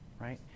Right